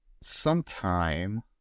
sometime